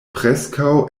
preskaŭ